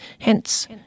Hence